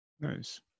Nice